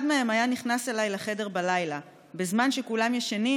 אחד מהם היה נכנס אליי לחדר בלילה בזמן שכולם ישנים.